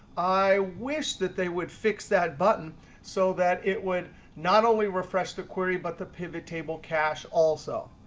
i wish that they would fix that button so that it would not only refresh the query, but the pivot table cache also.